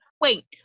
Wait